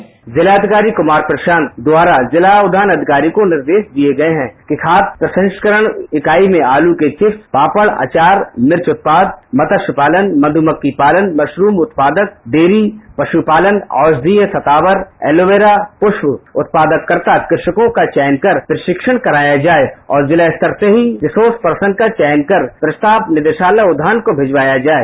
जिलाधिकारी कुमार प्रशांत द्वारा जिला उद्यान अधिकारी को निर्देश दिये गये हैं कि खाद्य प्रसंस्करण इकाई में आलू के विप्स पापड़ अचार मिर्च उत्पाद मत्स्य पालन मध्यमक्खी पालन मशरूम उत्पादक डेयरी पशुपालन औषधीय सतावर एलोवेरा पुष्प उत्पादककर्ता कृषकों का चयन कर प्रशिक्षण कराया जाये और जिला स्तर से ही रिसोर्स पर्सन का चयन कर प्रस्ताव निदेशालय उद्यान को भिजवाया जाये